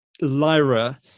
Lyra